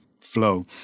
flow